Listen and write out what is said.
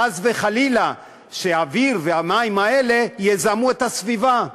חס וחלילה שהאוויר והמים האלה יזהמו את הסביבה.